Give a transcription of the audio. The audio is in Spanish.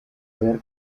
ver